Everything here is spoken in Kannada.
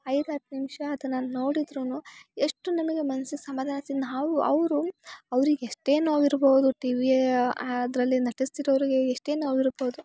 ಐದು ಹತ್ತು ನಿಮಿಷ ಅದನ್ನು ನೋಡಿದ್ರೂ ಎಷ್ಟು ನಮಿಗೆ ಮನ್ಸಿಗೆ ಸಮಾಧಾನ ನಾವು ಅವರು ಅವ್ರಿಗೆ ಎಷ್ಟೇ ನೋವು ಇರ್ಬೌದು ಟಿ ವಿಯಾ ಅದರಲ್ಲಿ ನಟಿಸ್ತಿರೋರಿಗೆ ಎಷ್ಟೇ ನೋವು ಇರ್ಬೌದು